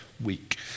week